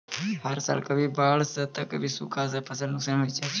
हर साल कभी बाढ़ सॅ त कभी सूखा सॅ फसल नुकसान होय जाय छै